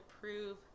prove